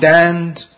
stand